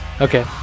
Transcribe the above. Okay